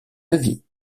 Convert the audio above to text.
avis